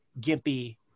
gimpy